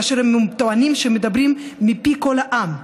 כאשר הם טוענים שהם מדברים מפי כל העם.